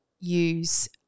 use